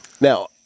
Now